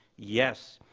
yes.